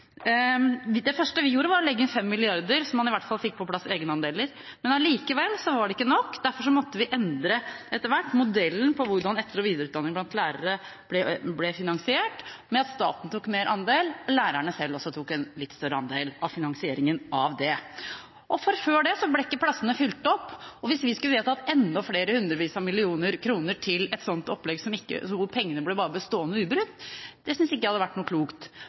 kommunalminister. Det første vi gjorde, var å legge inn 5 mrd. kr, slik at man i hvert fall fikk på plass egenandeler. Allikevel var det ikke nok. Derfor måtte vi etter hvert endre modellen for hvordan etter- og videreutdanning blant lærere ble finansiert, ved at staten og også lærerne selv tok en litt større andel av finansieringen av dette. Før dette ble ikke plassene fylt opp. At vi skulle ha vedtatt enda flere hundrevis av millioner kroner til et opplegg hvor pengene bare ble stående ubrukt, synes jeg ikke hadde vært klokt.